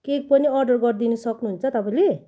cake पनि order गरिदिनु सक्नु हुन्छ तपाईँले